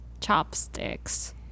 chopsticks